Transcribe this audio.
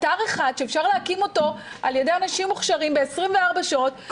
אתר אחד שאפשר להקים אותו על ידי אנשים מוכשרים ב-24 שעות,